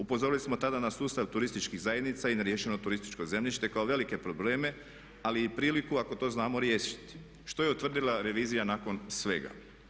Upozorili smo tada na sustav turističkih zajednica i ne riješeno turističko zemljište kao velike probleme ali i priliku ako to znamo riješiti što je utvrdila revizija nakon svega.